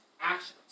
actions